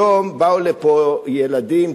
היום באו לפה ילדים,